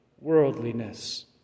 Worldliness